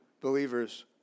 believers